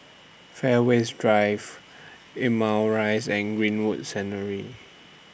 Fairways Drive Limau Rise and Greenwood